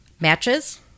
matches